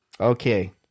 Okay